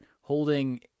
holding